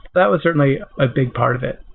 that was certainly a big part of it.